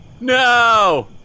No